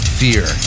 fear